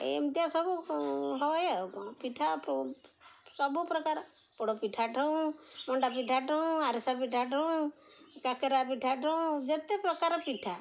ଏମିତିଆ ସବୁ ହଏ ଆଉ କ'ଣ ପିଠା ସବୁ ପ୍ରକାର ପୋଡ଼ ପିଠା ଠଉଁ ମଣ୍ଡା ପିଠା ଠଉଁ ଆରିସା ପିଠା ଠଉଁ କାକେରା ପିଠା ଠଉଁ ଯେତେ ପ୍ରକାର ପିଠା